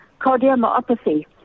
cardiomyopathy